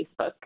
Facebook